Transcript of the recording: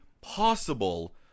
possible